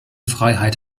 freiheit